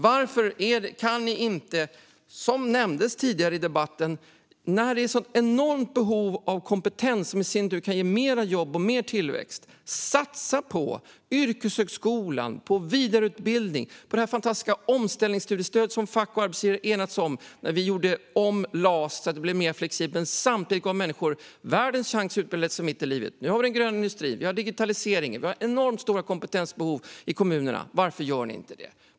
Varför kan ni inte, som nämndes tidigare i debatten, nu när det är ett sådant enormt behov av kompetens som i sin tur kan ge fler jobb och mer tillväxt, satsa på yrkeshögskola, vidareutbildning och det fantastiska omställningsstudiestöd som fack och arbetsgivare enades om när LAS gjordes mer flexibelt samtidigt som människor fick världens chans att utbilda sig mitt i livet? Den gröna industrin och digitaliseringen gör att kommunerna har enormt stora kompetensbehov. Varför gör ni inte detta?